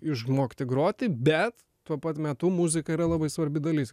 išmokti groti bet tuo pat metu muzika yra labai svarbi dalis